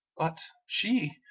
but she,